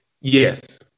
Yes